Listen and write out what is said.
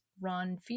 run